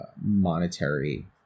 monetary